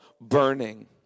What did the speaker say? burning